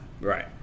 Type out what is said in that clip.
Right